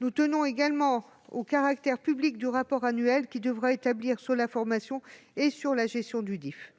Nous tenons également au caractère public du rapport annuel qu'il devra établir sur la formation et sur la gestion du DIFE.